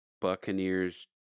Buccaneers